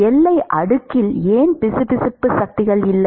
எல்லை அடுக்கில் ஏன் பிசுபிசுப்பு சக்திகள் இல்லை